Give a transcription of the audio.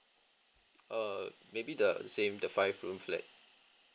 err maybe the the same the five room flat